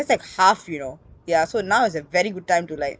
that's like half you know ya so now is a very good time to like